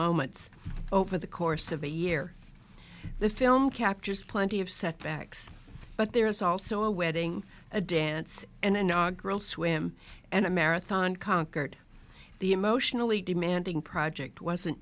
moments over the course of a year the film captures plenty of setbacks but there is also a wedding a dance an inaugural swim and a marathon conquered the emotionally demanding project wasn't